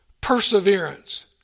perseverance